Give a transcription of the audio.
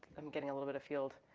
i'm getting a little bit afield.